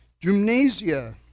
gymnasia